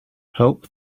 help